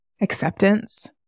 acceptance